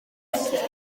sydd